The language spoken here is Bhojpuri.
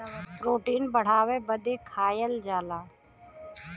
प्रोटीन बढ़ावे बदे खाएल जाला